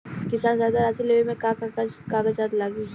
किसान सहायता राशि लेवे में का का कागजात लागी?